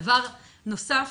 דבר נוסף,